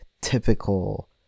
typical